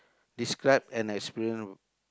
describe an experience